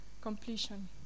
Completion